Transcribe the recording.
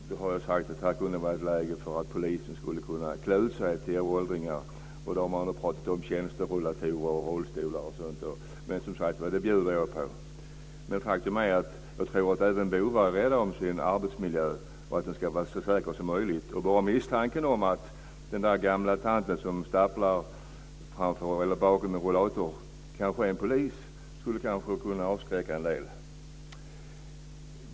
Jag har sagt att det här kunde vara ett läge där poliser kunde klä ut sig till åldringar, och då har man pratat om tjänsterullatorer och rullstolar. Men, som sagt var, det bjuder jag på. Faktum är att jag tror att även bovar är rädda om sin arbetsmiljö och vill att den ska vara så säker som möjligt. Bara misstanken om att den där gamla tanten som staplar bakom en rullator kanske är polis skulle kunna avskräcka en del.